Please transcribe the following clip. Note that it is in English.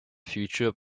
future